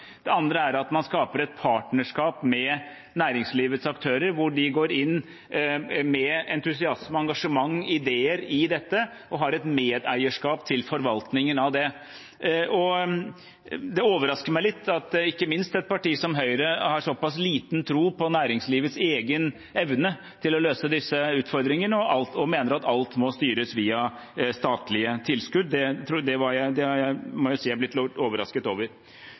andre er at man skaper et partnerskap med næringslivets aktører, hvor de går inn med entusiasme, engasjement og ideer i dette og har et medeierskap til forvaltningen av det. Det overrasker meg litt at ikke minst et parti som Høyre har såpass liten tro på næringslivets egen evne til å løse disse utfordringene og mener at alt må styres via statlige tilskudd. Det må jeg si jeg er blitt overrasket over. Helt til slutt har jeg